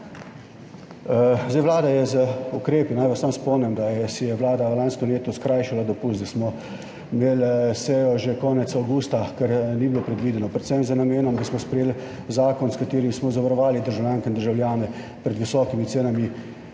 Vlada je z ukrepi, naj vas samo spomnim, da si je vlada v lanskem letu skrajšala dopust, da smo imeli sejo že konec avgusta, kar ni bilo predvideno, predvsem z namenom, da smo sprejeli zakon, s katerim smo zavarovali državljanke in državljane pred visokimi cenami